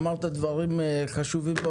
משה, אמרת דברים חשובים.